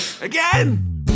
Again